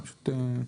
אנחנו פשוט,